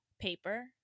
paper